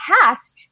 past